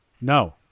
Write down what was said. No